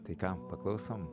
tai ką paklausom